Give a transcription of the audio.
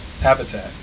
habitat